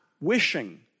wishing